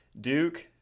duke